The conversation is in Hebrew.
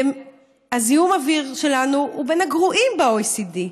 זיהום האוויר שלנו הוא בין הגרועים ב-OECD,